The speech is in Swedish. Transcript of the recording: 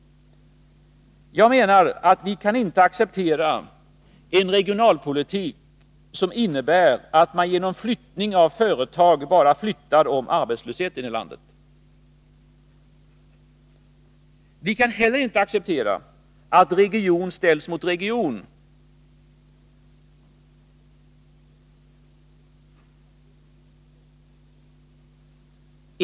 Jag anser att vi inte kan acceptera en regionalpolitik som innebär att man genom flyttning av företag bara flyttar om arbetslösheten i landet. Vi kan heller inte acceptera att region ställs mot region.